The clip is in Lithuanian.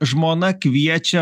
žmona kviečia